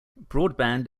broadband